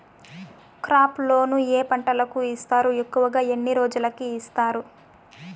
crop loan ఏ పంటలకు ఇస్తారు ఎక్కువగా ఎన్ని రోజులకి ఇస్తారు